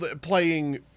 playing